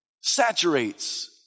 saturates